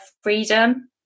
freedom